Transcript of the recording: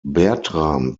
bertram